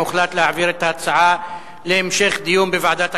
הוחלט להעביר את ההצעות להמשך דיון בוועדת הכספים.